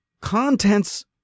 contents